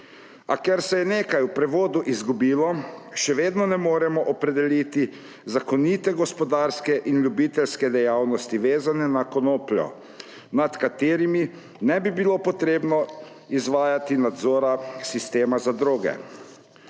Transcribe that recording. A ker se je nekaj v prevodu izgubilo, še vedno ne moremo opredeliti zakonite gospodarske in ljubiteljske dejavnosti, vezane na konopljo, nad katerima ne bi bilo potrebno izvajati nadzora sistema za droge.